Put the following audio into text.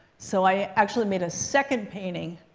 so i actually made a second painting,